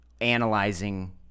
analyzing